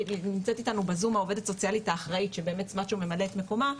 נמצאת אתנו בזום העו"סים האחראית שבאמת סמצ'או ממלא את מקומה,